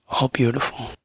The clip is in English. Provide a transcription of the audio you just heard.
all-beautiful